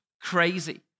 crazy